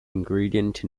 ingredient